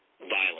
violence